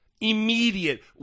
immediate